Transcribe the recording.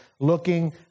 looking